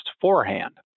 forehand